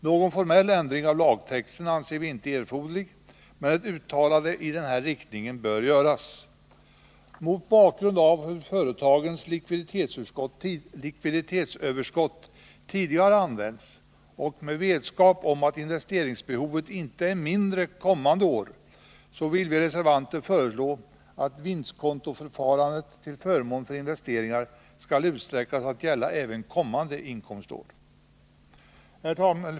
Någon formell ändring av lagtexten anser vi inte erforderlig, men ett uttalande i denna riktning bör göras. Mot bakgrund av hur företagens likviditetsöverskott tidigare har använts och med vetskap om att investeringsbehovet inte blir mindre kommande år, vill vi reservanter att vinstkontoförfarandet till förmån för investeringar skall utsträckas att gälla även kommande inkomstår.